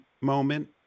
moment